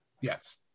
Yes